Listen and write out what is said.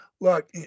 Look